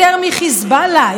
יותר מחיזבאללה,